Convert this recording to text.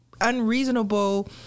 unreasonable